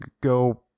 go